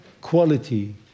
quality